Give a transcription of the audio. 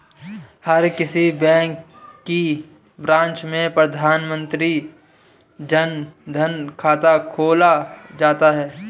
हर किसी बैंक की ब्रांच में प्रधानमंत्री जन धन खाता खुल जाता है